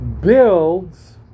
builds